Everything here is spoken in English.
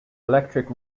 electric